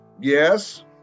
yes